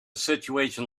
situation